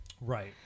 Right